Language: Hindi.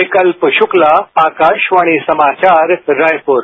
विकल्प शुक्ला आकाशवाणी समाचार रायपुर